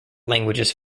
languages